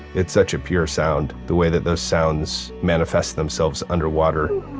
it's such a pure sound, the way that those sounds manifest themselves underwater.